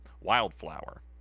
Wildflower